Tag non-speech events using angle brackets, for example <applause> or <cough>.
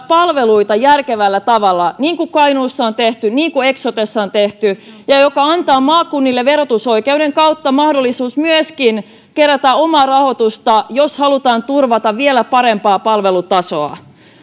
<unintelligible> palveluita järkevällä tavalla niin kuin kainuussa on tehty niin kuin eksotessa on tehty ja ja joka antaa maakunnille verotusoikeuden kautta mahdollisuuden myöskin kerätä omaa rahoitusta jos halutaan turvata vielä parempi palvelutaso